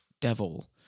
devil